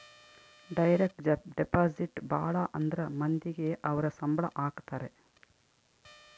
direct deposit ಭಾಳ ಅಂದ್ರ ಮಂದಿಗೆ ಅವ್ರ ಸಂಬ್ಳ ಹಾಕತರೆ